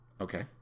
Okay